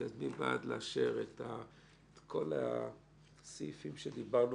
מי בעד לאשר את כל הסעיפים שדיברנו